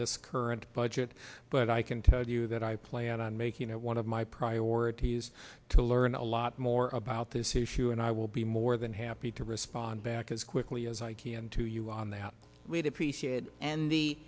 this current budget but i can tell you that i plan on making it one of my priorities to learn a lot more about this issue and i will be more than happy to respond back as quickly as i can to you on that we'd appreciate it and the